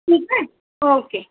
ठीकु आहे ओके